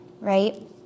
right